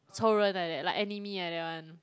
仇人 like that like enemy like that [one]